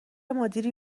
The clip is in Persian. مدیری